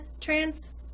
trans